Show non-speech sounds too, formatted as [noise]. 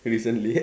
recently [laughs]